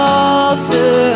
altar